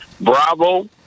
Bravo